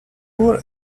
poor